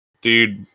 dude